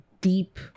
deep